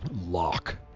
lock